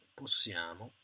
possiamo